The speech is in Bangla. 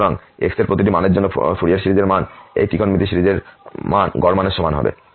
সুতরাং x এর প্রতিটি মানের জন্য ফুরিয়ার সিরিজের মান এই ত্রিকোণমিতিক সিরিজের মান গড় মানের সমান হবে